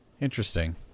Interesting